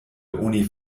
oni